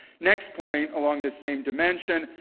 next point, along the same dimension,